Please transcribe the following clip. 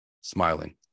smiling